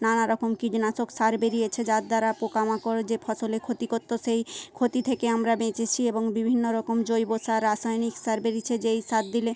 নানা রকম কীটনাশক সার বেড়িয়েছে যার দ্বারা পোকামাকড় যে ফসলে ক্ষতি করতো সেই ক্ষতি থেকে আমরা বেঁচেছি এবং বিভিন্ন রকম জৈব সার রাসয়নিক সার বেড়িয়েছে যেই সার দিলে